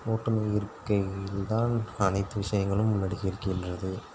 ஓட்டுநர் இருக்கையில் தான் அனைத்து விஷயங்களும் உள்ளடகியிருக்கின்றது